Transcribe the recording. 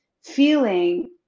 feeling